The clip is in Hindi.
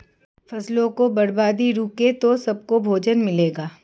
फसलों की बर्बादी रुके तो सबको भोजन मिलेगा